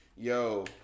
Yo